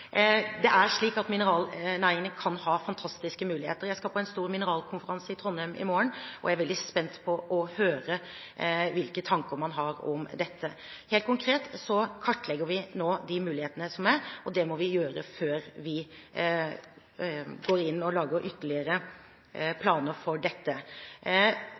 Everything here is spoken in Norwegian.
en stor mineralkonferanse i Trondheim i morgen, og jeg er veldig spent på å høre hvilke tanker man har om dette. Helt konkret kartlegger vi nå de mulighetene som finnes. Det må vi gjøre før vi går inn og lager ytterligere planer for dette.